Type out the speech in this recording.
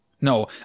No